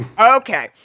Okay